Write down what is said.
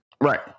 right